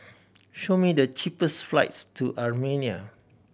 show me the cheapest flights to Armenia